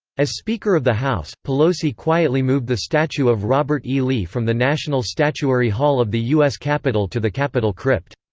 as speaker of the house, pelosi quietly moved the statue of robert e. lee from the national statuary hall of the u s. capitol to the capitol crypt.